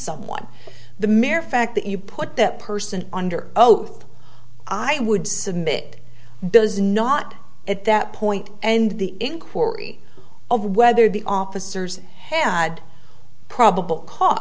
someone the mere fact that you put that person under oath i would submit does not at that point and the inquiry of whether the officers had probable cause